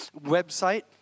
website